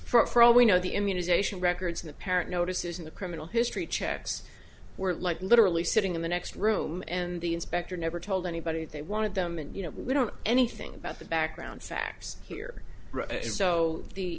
know for all we know the immunization records in the parent notices in the criminal history checks were like literally sitting in the next room and the inspector never told anybody they wanted them and you know we don't know anything about the background facts here so the